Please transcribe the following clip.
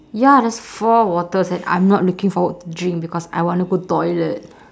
ya there's four waters and I'm not looking forward to drink because I wanna go toilet